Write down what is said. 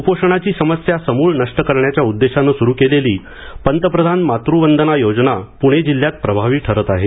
कुपोषणाची समस्या समुळ नष्ट करण्याच्या उद्देशाने सुरू केलेली पंतप्रधान मातृवंदना योजना पुणे जिल्ह्यात प्रभावी ठरत आहे